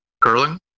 Curling